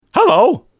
Hello